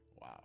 Wow